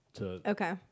Okay